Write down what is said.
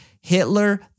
Hitler